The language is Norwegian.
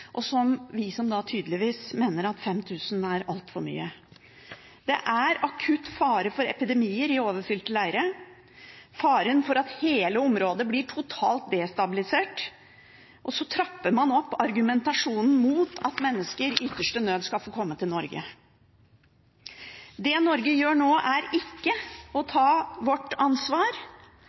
vi som tydeligvis mener at 5 000 er altfor mye. Det er akutt fare for epidemier i overfylte leirer, fare for at hele området blir totalt destabilisert, og så trapper man opp argumentasjonen mot at mennesker i ytterste nød skal få komme til Norge. Det Norge gjør nå, er ikke å ta sitt ansvar.